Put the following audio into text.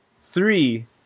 three